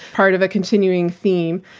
part of a continuing theme.